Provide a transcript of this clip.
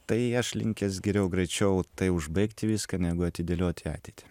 tai aš linkęs geriau greičiau tai užbaigti viską negu atidėliot į ateitį